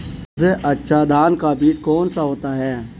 सबसे अच्छा धान का बीज कौन सा होता है?